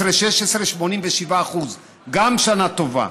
2016-2015, 87%; גם שנה טובה.